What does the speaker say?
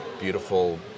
beautiful